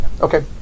Okay